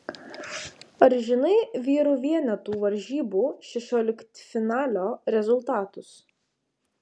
ar žinai vyrų vienetų varžybų šešioliktfinalio rezultatus